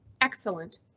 excellent